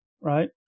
Right